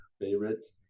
favorites